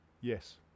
Yes